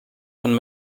von